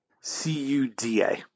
C-U-D-A